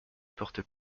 porte